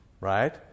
Right